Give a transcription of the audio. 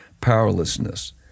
powerlessness